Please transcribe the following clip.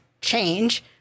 change